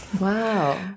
Wow